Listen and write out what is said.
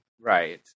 Right